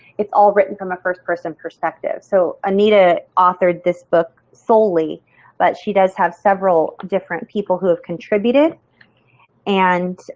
it's all written from a first person perspective. so, anita authored this book solely but she does have several different people who have contributed and